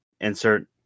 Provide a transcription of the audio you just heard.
insert